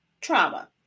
trauma